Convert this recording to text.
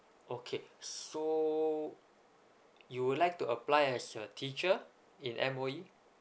okay so you would like to apply as a teacher in M_O_E